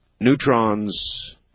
Neutrons